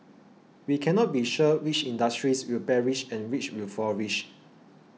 we cannot be sure which industries will perish and which will flourish